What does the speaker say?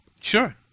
sure